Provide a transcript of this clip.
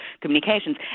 communications